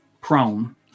prone